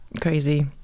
crazy